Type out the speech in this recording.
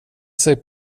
sig